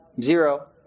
Zero